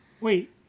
Wait